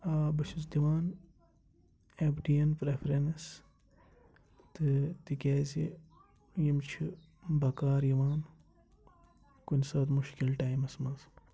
آ بہٕ چھُس دِوان اٮ۪مپ ٹیٖین پرٛٮ۪فرَنس تہٕ تِکیٛازِ یِم چھِ بَکار یِوان کُنہِ ساتہٕ مُشکِل ٹایمَس منٛز